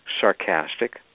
sarcastic